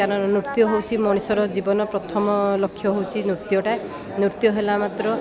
କାରଣ ନୃତ୍ୟ ହେଉଛି ମଣିଷର ଜୀବନ ପ୍ରଥମ ଲକ୍ଷ୍ୟ ହେଉଛି ନୃତ୍ୟଟା ନୃତ୍ୟ ହେଲା ମାତ୍ର